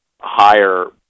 higher